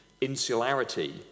insularity